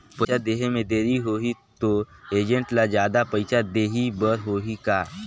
पइसा देहे मे देरी होही तो एजेंट ला जादा पइसा देही बर होही का?